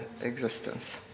existence